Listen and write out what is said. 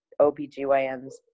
OBGYNs